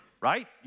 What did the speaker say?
Right